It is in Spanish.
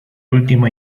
último